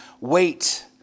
wait